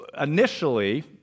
initially